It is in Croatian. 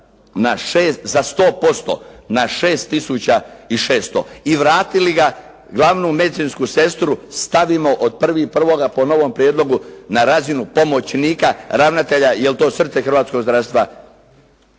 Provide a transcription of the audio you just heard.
za 100% na 6 600 i vratili da glavnu medicinsku sestru stavimo od 1.1. po novom prijedlogu na razinu pomoćnika ravnatelja jer je to hrvatskog zdravstva,